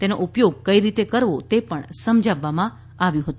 તેનો ઉપયોગ કઇ રીતે કરવો તે પણ સમજાવવામાં પણ આવ્યું હતું